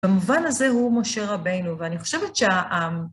במובן הזה הוא משה רבינו, ואני חושבת שהעם...